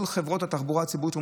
כל חברות התחבורה הציבורית,